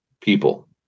people